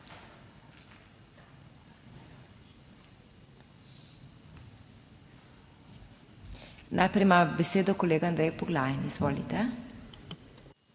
Najprej ima besedo kolega Andrej Poglajen, izvolite.